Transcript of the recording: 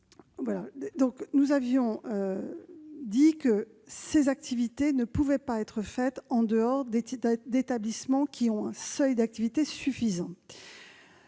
Nous avions alors indiqué que ces activités ne pouvaient pas être réalisées en dehors des établissements ayant un seuil d'activité suffisant.